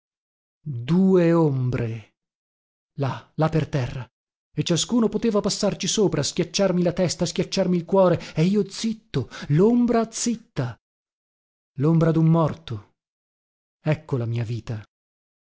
due ombre là là per terra e ciascuno poteva passarci sopra schiacciarmi la testa schiacciarmi il cuore e io zitto lombra zitta lombra dun morto ecco la mia vita